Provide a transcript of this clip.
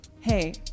Hey